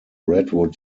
redwood